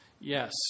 Yes